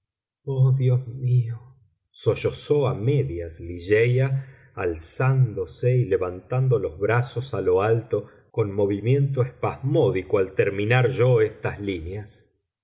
mío sollozó a medias ligeia alzándose y levantando los brazos a lo alto con movimiento espasmódico al terminar yo estas líneas